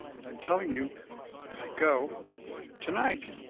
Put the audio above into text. but i'm telling you that i go tonight.